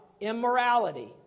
Immorality